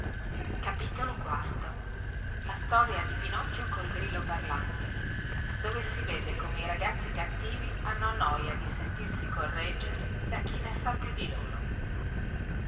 questaltri capitoli la storia di pinocchio col grillo parlante dove si vede come i ragazzi cattivi hanno a noia di sentirsi correggere da chi ne sa più di loro